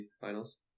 finals